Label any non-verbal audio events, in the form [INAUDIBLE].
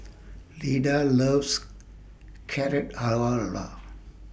Leda loves Carrot [UNINTELLIGIBLE]